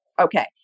Okay